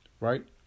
Right